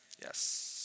Yes